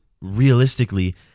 realistically